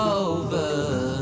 over